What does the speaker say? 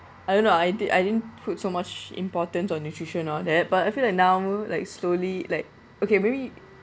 I don't know I did I didn't put so much importance on nutrition of that but I feel like now like slowly like okay maybe